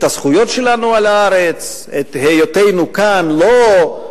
את הזכויות שלנו על הארץ, את היותנו כאן לא רק